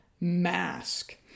Mask